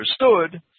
understood